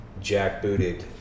jackbooted